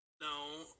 no